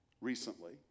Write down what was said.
recently